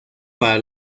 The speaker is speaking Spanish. para